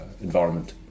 environment